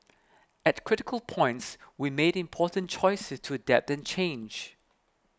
at critical points we made important choices to adapt and change